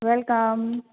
welcome